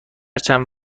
چند